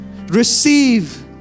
Receive